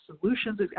Solutions